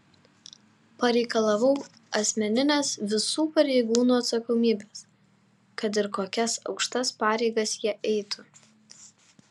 pareikalavau asmeninės visų pareigūnų atsakomybės kad ir kokias aukštas pareigas jie eitų